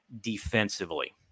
defensively